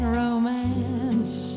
romance